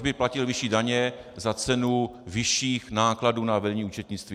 Proč by platil vyšší daně za cenu vyšších nákladů na vedení účetnictví?